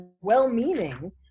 well-meaning